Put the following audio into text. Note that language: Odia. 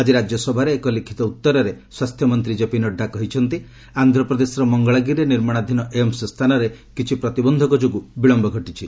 ଆକି ରାଜ୍ୟସଭାରେ ଏକ ଲିଖିତ ଉତ୍ତରରେ ସ୍ୱାସ୍ଥ୍ୟ ମନ୍ତ୍ରୀ କେପି ନଡ୍ରା କହିଛନ୍ତି ଆନ୍ଧ୍ରପ୍ରଦେଶର ମଙ୍ଗଳାଗିରିରେ ନିର୍ମାଣାଧୀନ ଏମସ୍ ସ୍ଥାନରେ କିଛି ପ୍ରତିବନ୍ଧକ ଯୋଗୁଁ ବିଳମ୍ବ ଘଟିଛି